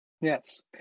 Yes